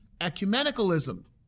ecumenicalism